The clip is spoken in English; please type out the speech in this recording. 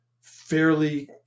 fairly